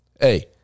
hey